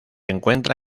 encuentra